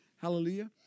Hallelujah